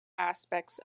aspects